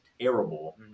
terrible